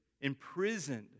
imprisoned